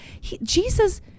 Jesus